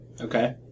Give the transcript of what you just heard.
Okay